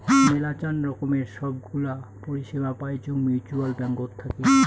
মেলাচান রকমের সব গুলা পরিষেবা পাইচুঙ মিউচ্যুয়াল ব্যাঙ্কত থাকি